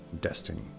destiny